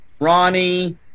ronnie